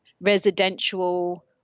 residential